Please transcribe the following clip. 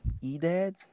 E-Dad